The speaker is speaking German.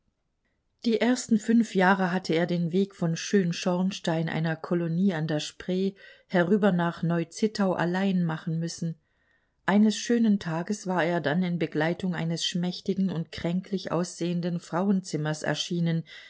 die ersten fünf jahre hatte er den weg von schön schornstein einer kolonie an der spree herüber nach neu zittau allein machen müssen eines schönen tages war er dann in begleitung eines schmächtigen und kränklich aussehenden frauenzimmers erschienen